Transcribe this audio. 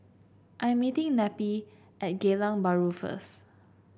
I am meeting Neppie at Geylang Bahru first